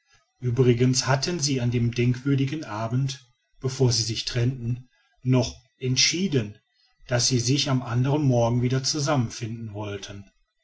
uebrigens hatten sie an dem denkwürdigen abend bevor sie sich trennten noch entschieden daß sie sich am anderen morgen wieder zusammenfinden wollten